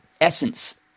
essence